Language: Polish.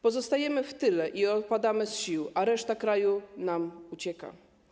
Pozostajemy w tyle i opadamy z sił, a reszta kraju nam ucieka.